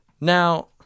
Now